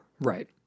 Right